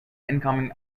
incoming